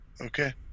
Okay